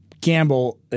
gamble